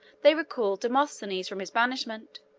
they recalled demosthenes from his banishment,